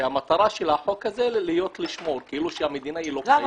כשהמטרה של החוק הזה היא לשמור כאילו שהמדינה היא לא קיימת.